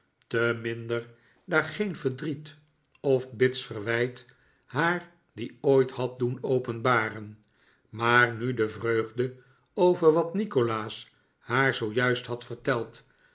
te minder daar geen verdriet of bits verwijt haar die ooit had doen openbaren maar nu de vreugde over wat nikolaas haar zoo juist had verteld